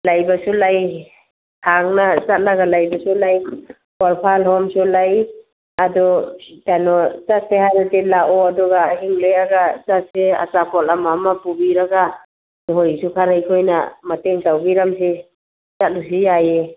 ꯂꯩꯕꯁꯨ ꯂꯩ ꯁꯥꯡꯅ ꯆꯠꯂꯒ ꯂꯩꯕꯁꯨ ꯂꯩ ꯑꯣꯔꯐꯥꯟ ꯍꯣꯝꯁꯨ ꯂꯩ ꯑꯗꯨ ꯀꯩꯅꯣ ꯆꯠꯁꯦ ꯍꯥꯏꯔꯗꯤ ꯂꯥꯛꯑꯣ ꯑꯗꯨꯒ ꯑꯍꯤꯡ ꯂꯦꯛꯑꯒ ꯆꯠꯁꯦ ꯑꯆꯥꯄꯣꯠ ꯑꯃ ꯑꯃ ꯄꯨꯕꯤꯔꯒ ꯅꯈꯣꯏꯒꯤꯁꯨ ꯈꯔ ꯑꯩꯈꯣꯏꯅ ꯃꯇꯦꯡ ꯇꯧꯕꯤꯔꯝꯁꯤ ꯆꯠꯂꯨꯁꯤ ꯌꯥꯏꯌꯦ